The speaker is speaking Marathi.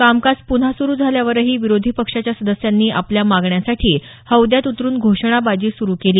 कामकाज पुन्हा सुरू झाल्यावरही विरोधी पक्षाच्या सदस्यांनी आपल्या मागण्यांसाठी हौद्यात उतरून घोषणाबाजी सुरू केली